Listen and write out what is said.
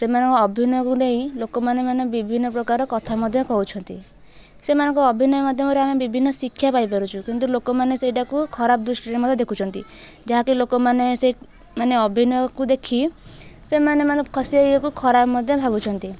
ସେମାନଙ୍କ ଅଭିନୟକୁ ନେଇ ଲୋକମାନେ ମାନେ ବିଭିନ୍ନ ପ୍ରକାର କଥା ମଧ୍ୟ କହୁଛନ୍ତି ସେମାନଙ୍କ ଅଭିନୟ ମାଧ୍ୟମରେ ଆମେ ବିଭିନ୍ନ ଶିକ୍ଷା ପାଇପାରୁଛୁ କିନ୍ତୁ ଲୋକମାନେ ସେଇଟାକୁ ଖରାପ ଦୃଷ୍ଟିରେ ମଧ୍ୟ ଦେଖୁଛନ୍ତି ଯାହାକି ଲୋକମାନେ ସେ ମାନେ ଅଭିନୟକୁ ଦେଖି ସେମାନେ ମାନେ ସେହି ଇଏକୁ ଖରାପ ମଧ୍ୟ ଭାବୁଛନ୍ତି